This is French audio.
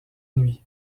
nuit